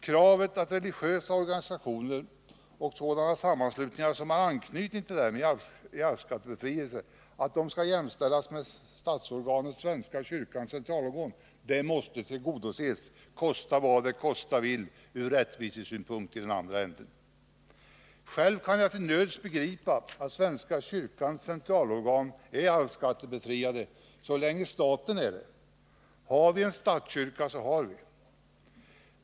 Kravet att religiösa organisationer och sådana sammanslutningar som har anknytning till dem när det gäller arvsskattebefrielse skall jämställas med statsorganet svenska kyrkans centralorgan måste tillgodoses, kosta vad det kosta vill ur rättvisesynpunkt i den andra ändan. Själv kan jag till nöds begripa att svenska kyrkans centrala organ är arvsskattebefriade så länge staten är det. Har vi en statskyrka så har vi.